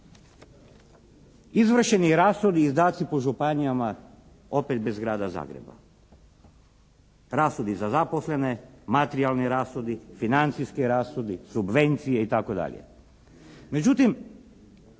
Izvršeni rashodi i izdaci po županijama opet bez Grada Zagreba. Rashodi za zaposlene, materijalni rashodi, financijski rashodi, subvencije itd.